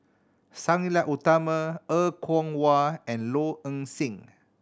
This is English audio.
Sang Nila Utama Er Kwong Wah and Low Ing Sing